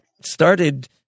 started